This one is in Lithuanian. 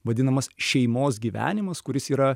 vadinamas šeimos gyvenimas kuris yra